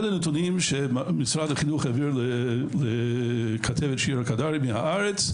אלה נתונים שמשרד החינוך העביר לכתבת שירה קדרי מ"הארץ",